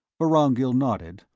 vorongil nodded,